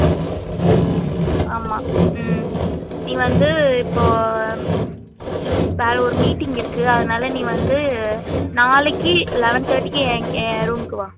ம் ஆமாம் ம் நீ வந்து இப்போது வேறு ஒரு மீட்டிங் இருக்குது அதனால் நீ வந்து நாளைக்கி லெவன் தேட்டிக்கு என் ரூமுக்கு வா